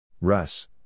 Russ